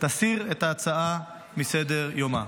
תסיר את ההצעה מסדר-יומה.